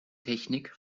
technik